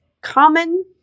common